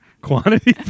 Quantity